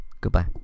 Goodbye